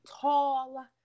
tall